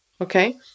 okay